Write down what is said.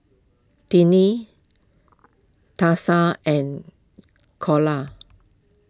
Tinie Tessa and Calla